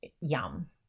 yum